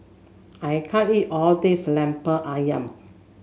I can't eat all this Lemper ayam